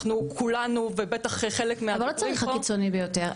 אבל לא צריך הקיצוני ביותר.